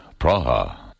Praha